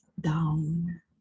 down